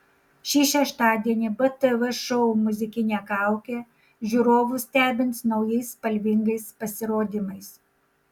šį šeštadienį btv šou muzikinė kaukė žiūrovus stebins naujais spalvingais pasirodymais